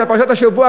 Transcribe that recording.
פרשת השבוע,